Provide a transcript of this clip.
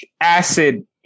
Acid